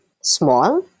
small